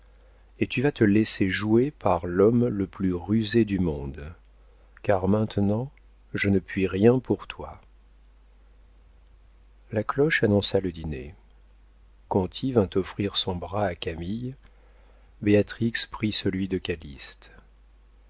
et tu vas te laisser jouer par l'homme le plus rusé du monde car maintenant je ne puis rien pour toi la cloche annonça le dîner conti vint offrir son bras à camille béatrix prit celui de calyste